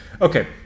Okay